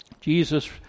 Jesus